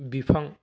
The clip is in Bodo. बिफां